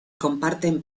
comparten